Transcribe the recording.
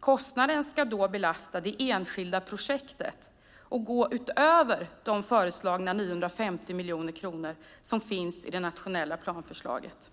Kostnaden ska då belasta det enskilda projektet och gå utöver de föreslagna 950 miljoner kronor som finns i det nationella planförslaget.